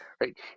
right